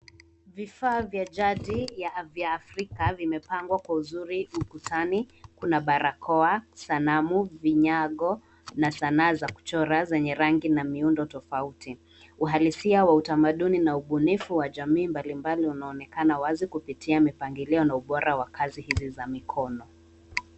Vifaa vya jadi vya Afrika vimepangwa kwa uzuri. Ukutani kuna barakoa, sanamu, vinyago na sanaa za kuchora zenye rangi na miundo tofauti. Uhalisia wa utamaduni na ubunifu wa jamii mbalimbali ,unaonekana wazi kupitia mipangilio na ubora wa kazi hizi za mikono.